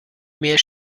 mehr